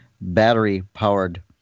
battery-powered